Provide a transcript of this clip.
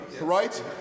Right